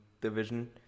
division